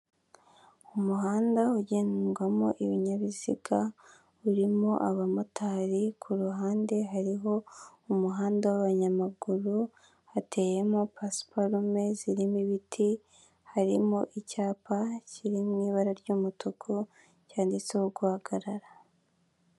Umuhanda ugendwamo ibinyabiziga urimo abamotari ku ruhande hariho umuhanda w'abanayamaguru hateyemo pasiparume zirimo ibiti harimo icyapa kirimo ibara ry'umutuku cyanditse guhagarara.